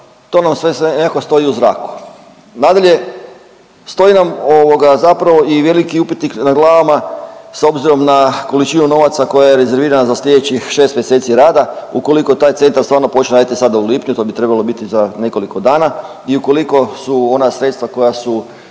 to nam sve nekako stoji u zraku. Nadalje, stoji nam zapravo i veliki upitnik nad glavama s obzirom na količinu novaca koji je rezerviran za sljedećih šest mjeseci rada, ukoliko taj centar stvarno počne sada raditi u lipnju, to bi trebalo biti za nekoliko dana, i ukoliko su ona sredstva koja su